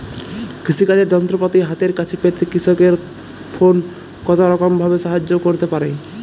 কৃষিকাজের যন্ত্রপাতি হাতের কাছে পেতে কৃষকের ফোন কত রকম ভাবে সাহায্য করতে পারে?